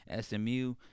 SMU